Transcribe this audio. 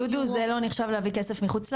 דודו זה לא נחשב להביא כסף מחוץ לארץ?